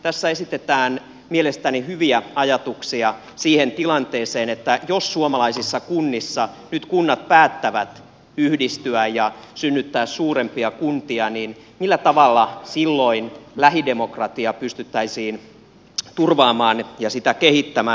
tässä esitetään mielestäni hyviä ajatuksia siihen tilanteeseen että jos suomalaisissa kunnissa nyt kunnat päättävät yhdistyä ja synnyttää suurempia kuntia niin millä tavalla silloin lähidemokratiaa pystyttäisiin turvaamaan ja kehittämään